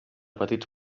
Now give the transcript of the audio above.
petits